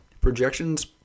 projections